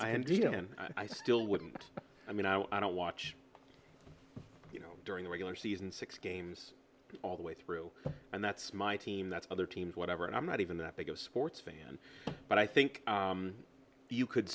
didn't i still wouldn't i mean i don't watch you know during the regular season six games all the way through and that's my team that's other teams whatever and i'm not even that big a sports fan but i think you could